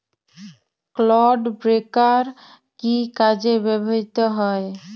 Clod breaker কি কাজে ব্যবহৃত হয়?